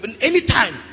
anytime